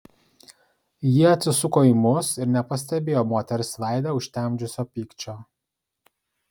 ji atsisuko į mus ir nepastebėjo moters veidą užtemdžiusio pykčio